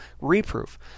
reproof